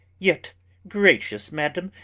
yet gracious madam,